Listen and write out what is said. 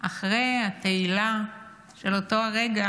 אחרי התהילה של אותו רגע,